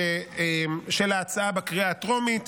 של ההצעה בקריאה הטרומית,